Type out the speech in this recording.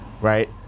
right